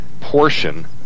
portion